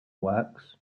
works